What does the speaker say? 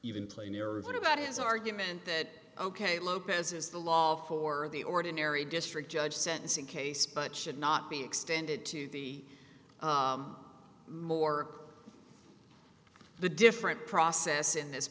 even play nearer what about his argument that ok lopez is the law for the ordinary district judge sentencing case but should not be extended to be more the different process in this